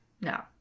No